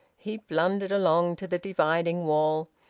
he blundered along to the dividing wall,